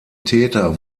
täter